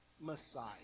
Messiah